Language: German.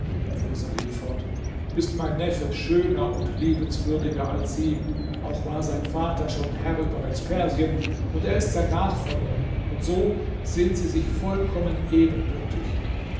fuhr salih fort ist mein neffe schöner und liebenswürdiger als sie auch war sein vater schon herr über ganz persien und er ist sein nachfolger und so sind sie sich vollkommen ebenbürtig